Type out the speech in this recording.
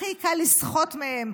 הכי קל לסחוט מהם,